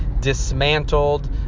dismantled